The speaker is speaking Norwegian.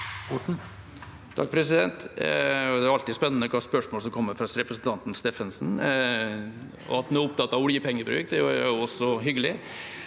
(H) Det er alltid spennende hvilke spørsmål som kommer fra representanten Steffensen. At han er opptatt av oljepengebruk, er også hyggelig.